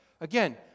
again